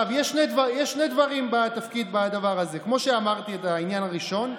יש שני דברים בדבר הזה: אמרתי את העניין הראשון,